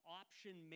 option